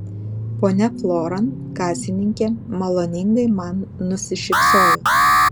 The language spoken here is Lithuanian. ponia floran kasininkė maloningai man nusišypsojo